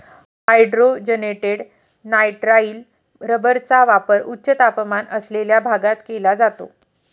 hydrogenated nitrile रबरचा वापर उच्च तापमान असलेल्या भागात केला जातो